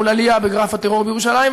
מול עלייה בגרף הטרור בירושלים.